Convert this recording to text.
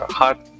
hot